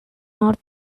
north